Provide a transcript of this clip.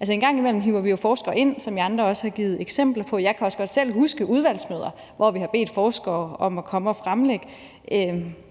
Altså, en gang imellem hiver vi jo forskere ind, som I andre også har givet eksempler på. Jeg kan også godt selv huske udvalgsmøder, hvor vi har bedt forskere om at komme og fremlægge